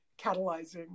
catalyzing